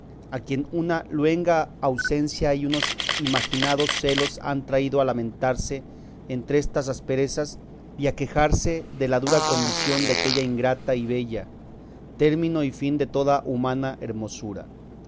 a quien una luenga ausencia y unos imaginados celos han traído a lamentarse entre estas asperezas y a quejarse de la dura condición de aquella ingrata y bella término y fin de toda humana hermosura